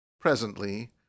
Presently